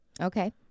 Okay